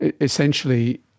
essentially